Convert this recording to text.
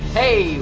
hey